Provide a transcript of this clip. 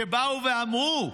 שבאו ואמרו: